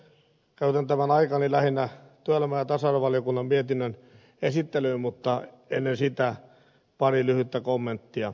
käytän tämän aikani lähinnä työelämä ja tasa arvovaliokunnan mietinnön esittelyyn mutta ennen sitä pari lyhyttä kommenttia